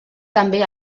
també